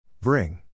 Bring